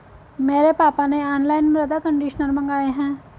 मेरे पापा ने ऑनलाइन मृदा कंडीशनर मंगाए हैं